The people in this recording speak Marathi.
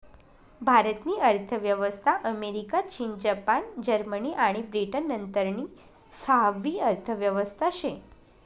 भारत नी अर्थव्यवस्था अमेरिका, चीन, जपान, जर्मनी आणि ब्रिटन नंतरनी सहावी अर्थव्यवस्था शे